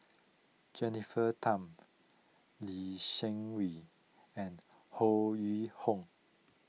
Jennifer Tham Lee Seng Wee and Ho Yuen Hoe